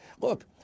Look